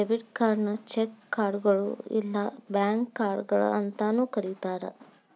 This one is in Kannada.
ಡೆಬಿಟ್ ಕಾರ್ಡ್ನ ಚೆಕ್ ಕಾರ್ಡ್ಗಳು ಇಲ್ಲಾ ಬ್ಯಾಂಕ್ ಕಾರ್ಡ್ಗಳ ಅಂತಾನೂ ಕರಿತಾರ